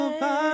Bye